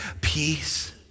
peace